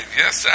yes